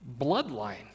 bloodline